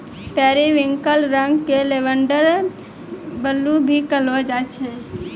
periwinkle रंग क lavender blue भी कहलो जाय छै